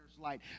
light